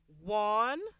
one